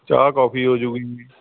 ਚਾਹ ਕੌਫੀ ਹੋਜੂਗੀ